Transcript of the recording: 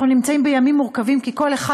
אנחנו נמצאים בימים מורכבים כי כל אחד,